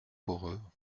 heureux